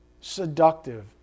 seductive